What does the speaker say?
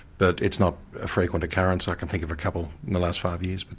but it's not a frequent occurrence. i can think of a couple in the last five years, but